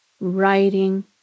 writing